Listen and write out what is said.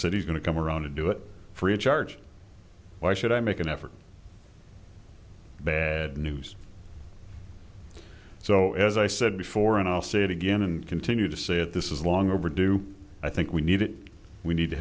said he's going to come around to do it free of charge why should i make an effort bad news so as i said before and i'll say it again and continue to say that this is long overdue i think we need it we need to